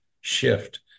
shift